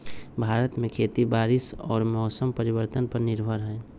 भारत में खेती बारिश और मौसम परिवर्तन पर निर्भर हई